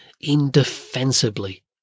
indefensibly